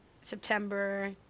September